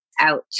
out